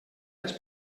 les